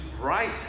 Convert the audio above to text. right